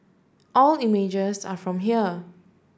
all images are from here